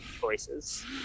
choices